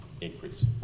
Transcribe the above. increase